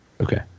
Okay